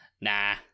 Nah